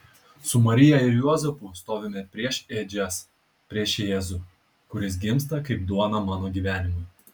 su marija ir juozapu stovime prieš ėdžias prieš jėzų kuris gimsta kaip duona mano gyvenimui